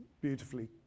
beautifully